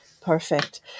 perfect